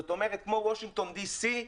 כמו וושינגטון DC,